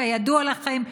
כידוע לכם,